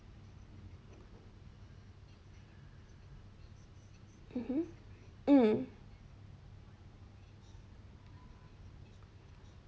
mmhmm mm